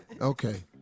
Okay